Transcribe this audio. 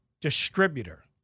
distributor